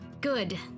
Good